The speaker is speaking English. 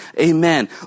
Amen